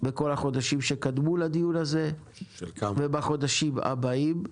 בכל החודשים שקדמו לדיון הזה ובחודשים הבאים,